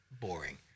boring